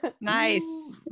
Nice